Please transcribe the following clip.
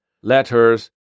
Letters